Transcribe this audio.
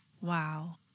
Wow